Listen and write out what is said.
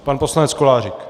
Pan poslanec Kolářík.